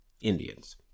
indians